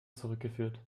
zurückgeführt